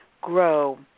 grow